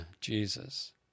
jesus